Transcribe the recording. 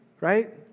right